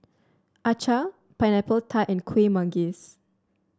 acar Pineapple Tart and Kuih Manggis